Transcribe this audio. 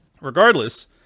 regardless